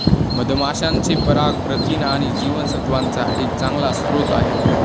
मधमाशांचे पराग प्रथिन आणि जीवनसत्त्वांचा एक चांगला स्रोत आहे